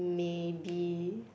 maybe